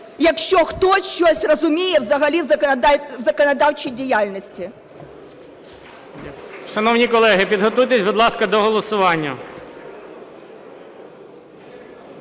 якщо хтось, щось розуміє взагалі в законодавчій діяльності.